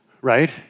right